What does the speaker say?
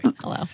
Hello